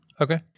Okay